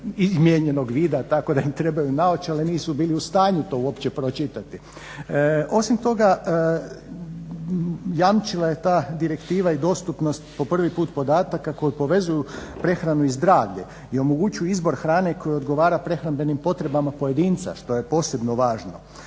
izmijenjenog vida tako da im trebaju naočale, nisu bili u stanju to uopće pročitati. Osim toga, jamčila je ta direktiva i dostupnost po prvi put podataka koji povezuju prehranu i zdravlje i omogućuju izbor hrane koja odgovara prehrambenim potrebama pojedinca što je posebno važno.